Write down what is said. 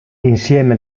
insieme